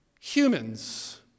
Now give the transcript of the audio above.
humans